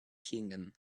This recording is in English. kingdom